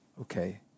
okay